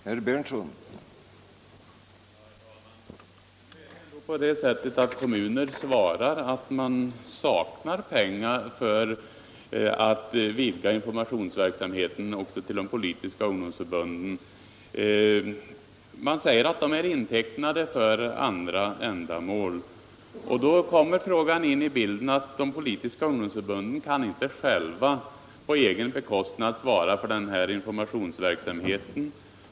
Herr talman! Nu är det ändå så att kommuner svarar att de saknar pengar för informationsverksamheten. De är intecknade för andra ändamål. De politiska ungdomsförbunden kan dock inte själva bekosta denna informationsverksamhet.